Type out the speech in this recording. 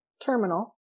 terminal